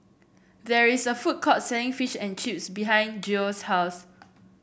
there is a food court selling Fish and Chips behind Geo's house